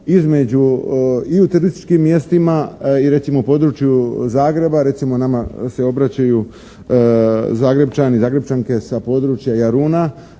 između i u turističkim mjestima i recimo području Zagreba, recimo nama se obraćaju Zagrepčani, Zagrepčanke sa područja Jaruna